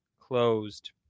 closed